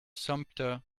sumpter